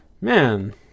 Man